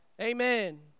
Amen